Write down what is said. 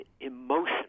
emotionally